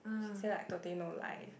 she say like totally no life